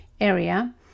area